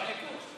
הליכוד.